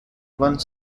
one